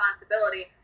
responsibility